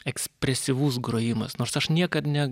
ekspresyvus grojimas nors aš niekad ne